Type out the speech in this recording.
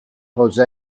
jose